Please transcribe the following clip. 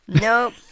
Nope